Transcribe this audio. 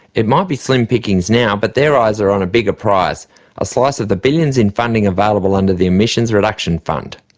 it might be slim pickings now but eyes are on a bigger prize a slice of the billions in funding available under the emissions reduction fund.